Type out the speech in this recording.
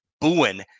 booing